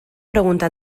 pregunta